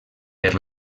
per